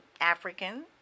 African